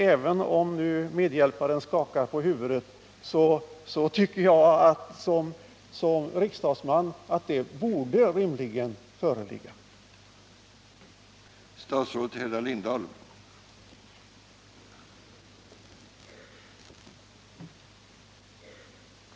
Även om statsrådets medhjälpare skakar på huvudet, tycker jag som riksdagsman att Nr 34 det rimligen borde föreligga en möjlighet att få dispens. Torsdagen den